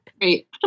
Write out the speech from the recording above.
Great